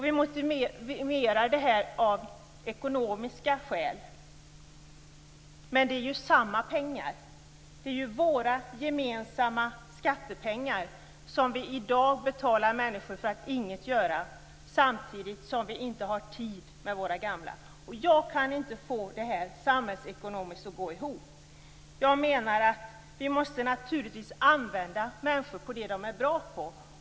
Vi motiverar det här genom att säga att vi har ekonomiska skäl. Men det är ju samma pengar. Det är våra gemensamma skattepengar. Med dem betalar vi i dag människor för att ingenting göra, samtidigt som vi inte har tid med våra gamla. Samhällsekonomiskt kan jag inte få detta att gå ihop. Vi måste naturligtvis använda människor till det som de är bra på.